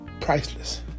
priceless